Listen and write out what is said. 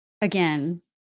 again